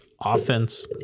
offense